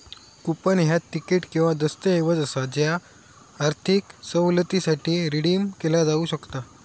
coupon ह्या तिकीट किंवा दस्तऐवज असा ज्या आर्थिक सवलतीसाठी रिडीम केला जाऊ शकता